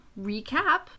recap